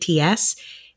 ATS